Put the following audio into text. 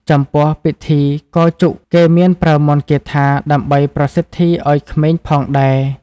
ចំពោះ ពិធីកោរជុក គេមានប្រើមន្តគាថា ដើម្បីប្រសិទ្ធីឲ្យក្មេងផងដែរ។